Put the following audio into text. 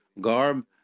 garb